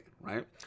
right